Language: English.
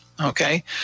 okay